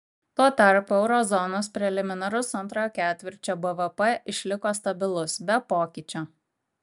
tuo tarpu euro zonos preliminarus antrojo ketvirčio bvp išliko stabilus be pokyčio